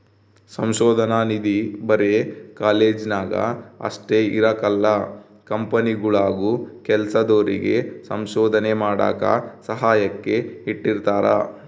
ಸಂಶೋಧನಾ ನಿಧಿ ಬರೆ ಕಾಲೇಜ್ನಾಗ ಅಷ್ಟೇ ಇರಕಲ್ಲ ಕಂಪನಿಗುಳಾಗೂ ಕೆಲ್ಸದೋರಿಗೆ ಸಂಶೋಧನೆ ಮಾಡಾಕ ಸಹಾಯಕ್ಕ ಇಟ್ಟಿರ್ತಾರ